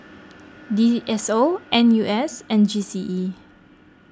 D S O N U S and G C E